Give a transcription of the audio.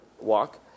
walk